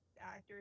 actor